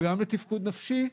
גם לתפקוד נפשי,